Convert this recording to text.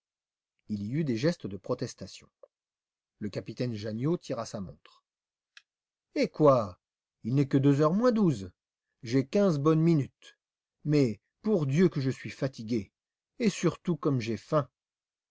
il y eut des gestes de protestation le capitaine janniot tira sa montre eh quoi il n'est que deux heures moins douze j'ai quinze bonnes minutes mais pour dieu que je suis fatigué et surtout comme j'ai faim